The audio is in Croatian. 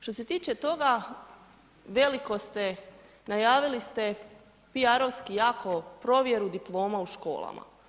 Što se tiče toga veliko ste, najavili ste piarovski jako provjeru diploma u školama.